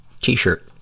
T-shirt